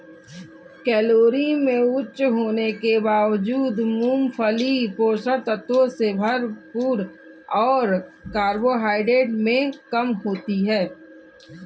calorie में उच्च होने के बावजूद, मूंगफली पोषक तत्वों से भरपूर और कार्बोहाइड्रेट में कम होती है